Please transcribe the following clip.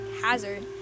hazard